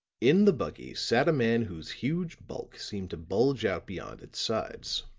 in the buggy sat a man whose huge bulk seemed to bulge out beyond its sides.